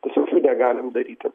tiesiog jų negalim daryti